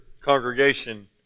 congregation